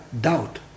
doubt